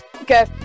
Okay